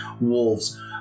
wolves